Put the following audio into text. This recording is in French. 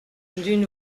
d’une